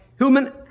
human